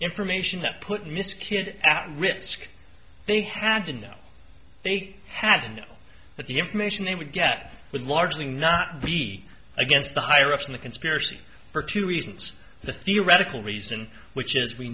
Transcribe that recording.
information that put miss kid at risk they had to know they had and that the information they would get would largely not be against the higher ups in the conspiracy for two reasons the theoretical reason which is we